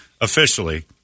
officially